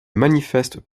manifeste